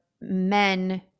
men